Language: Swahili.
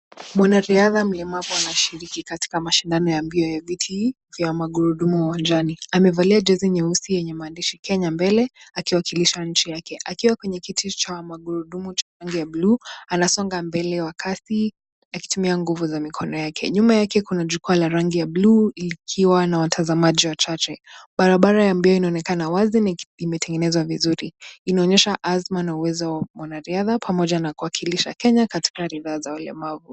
Mwanariadha mlemavu anashiriki katika mashindano ya mbio ya viti vya magurudumu uwanjani. Amevalia jezi nyeusi yenye maandishi Kenye mbele akiwakilisha nchi yake, akiwa kwenye kiti cha magurudumu ya rangi ya bluu ana songa mbele wa kasi akitumia nguvu ya mikono wake. Nyuma yake kuna jukwa la rangi ya bluu ikiwa na watamazaji wachache. Barabara ya mbio ina onekana wazi na ime tengenezwa vizuri, ina onyesha azma na uwezo wa mwanariadha pamoja na kuwakilisha wakenya katika riadha za ulemavu.